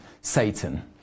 Satan